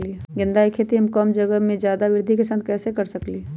गेंदा के खेती हम कम जगह में ज्यादा वृद्धि के साथ कैसे कर सकली ह?